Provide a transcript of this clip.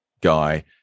guy